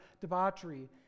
debauchery